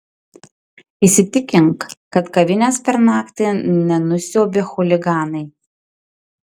įsitikink kad kavinės per naktį nenusiaubė chuliganai